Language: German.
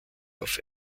auf